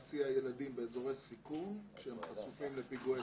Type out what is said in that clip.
נסיע ילדים באזורי סיכון כשהם חשופים לפיגועי טרור.